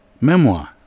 memoir